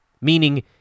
meaning